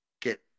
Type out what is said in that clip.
get